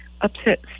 upset